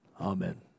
Amen